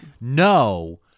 no